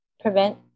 prevent